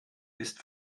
ist